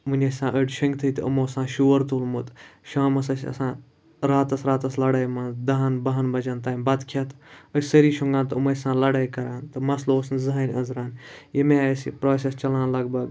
وٕنہِ ٲسۍ آسان أڑۍ شیٚنٛگۍ تھٕے تہٕ یِمو اوس آسان شور تُلمُت شامَس ٲسۍ آسان راتَس راتَس لَڑٲے منٛز دَہَن بَہَن بَچَن تانۍ بَتہٕ کھٮ۪تھ ٲسۍ سٲری شوٚنٛگان تہٕ یِم ٲسۍ آسان لَڑٲے کَران تہٕ مسلہٕ اوس نہٕ زٕہٕنۍ أنٛزران ییٚمہِ آے اَسہِ یہِ پرٛوسٮ۪س چَلان لگ بگ